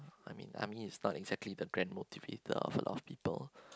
army is not exactly the grand motivator of people